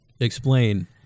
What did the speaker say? explain